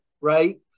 right